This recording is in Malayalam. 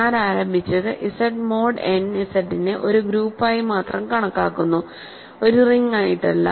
ഞാൻ ആരംഭിച്ചത് ഇസഡ് മോഡ് എൻ ഇസഡിനെ ഒരു ഗ്രൂപ്പായി മാത്രം കണക്കാക്കുന്നു ഒരു റിങ് ആയിട്ടല്ല